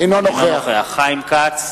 אינו נוכח חיים כץ,